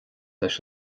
leis